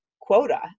quota